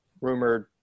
rumored